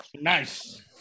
Nice